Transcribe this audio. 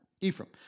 ephraim